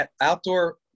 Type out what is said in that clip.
outdoor